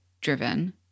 driven